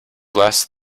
last